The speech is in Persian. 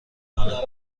کنه